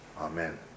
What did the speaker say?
Amen